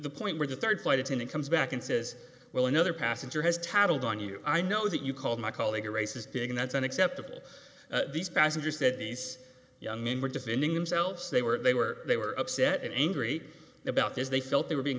the point where the third flight attendant comes back and says well another passenger has tattled on you i know that you called my colleague a racist pig and that's unacceptable these passengers that these young men were defending themselves they were they were they were upset and angry about this they felt they were being